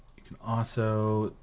you can also.